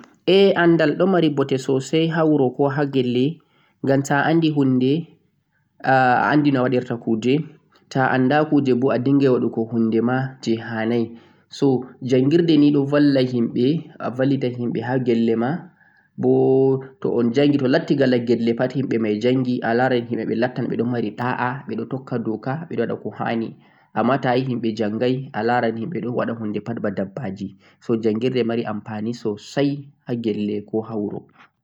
Andal ɗon mari bote sosai ha wuro koh ha gelle ngam taà andi hunde a andai no a naftirta be mai. Taà anda kuje boo awawata naftirgo be mai no hanii. Jangirde nii ɗon vallita sosai ha njoɗago jam, tokkuko doka be waɗugo koh hanii.